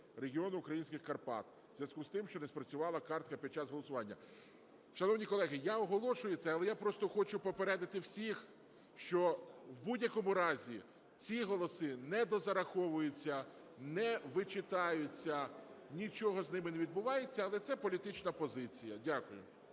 регіону українських Карпат" у зв'язку з тим, що не спрацювала картка під час голосування. Шановні колеги, я оголошую це, але я просто хочу попередити всіх, що в будь-якому разі ці голоси не дозараховуються, не вичитаються, нічого з ними не відбувається, але це політична позиція. Дякую.